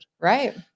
right